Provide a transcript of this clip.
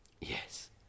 Yes